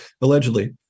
allegedly